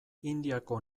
indiako